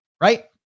Right